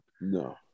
No